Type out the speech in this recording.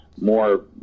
more